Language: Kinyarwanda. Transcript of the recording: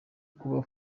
kuba